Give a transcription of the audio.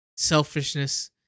selfishness